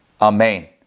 amen